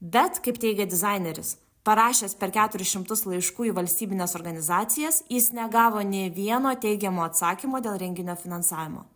bet kaip teigia dizaineris parašęs per keturis šimtus laiškų į valstybines organizacijas jis negavo nė vieno teigiamo atsakymo dėl renginio finansavimo